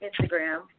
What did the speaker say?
Instagram